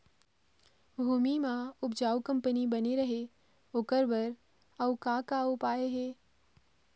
भूमि म उपजाऊ कंपनी बने रहे ओकर बर अउ का का उपाय हे?